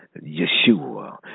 Yeshua